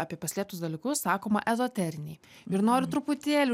apie paslėptus dalykus sakoma ezoteriniai ir noriu truputėlį